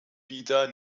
wieder